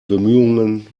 bemühungen